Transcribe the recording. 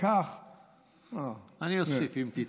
אני אוסיף, אם תצטרך.